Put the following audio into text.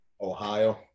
Ohio